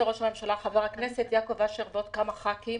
חבר הכנסת יעקב אשר ועוד כמה חברי כנסת